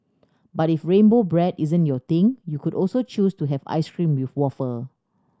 but if rainbow bread isn't your thing you could also choose to have ice cream with wafer